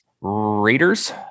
Raiders